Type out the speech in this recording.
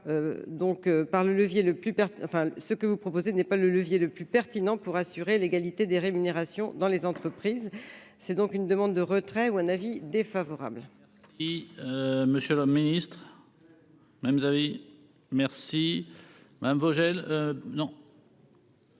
ce que vous proposez n'est pas le levier le plus pertinent pour assurer l'égalité des rémunérations dans les entreprises, c'est donc une demande de retrait ou un avis défavorable.